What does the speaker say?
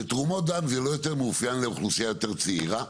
בתרומות דם זה לא מאופיין לאוכלוסייה יותר צעירה,